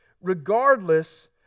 regardless